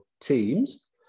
teams